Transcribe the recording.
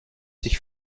dich